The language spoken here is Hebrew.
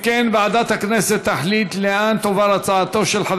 65 בעד, אין מתנגדים, שני